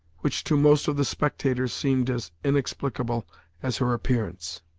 which to most of the spectators seemed as inexplicable as her appearance.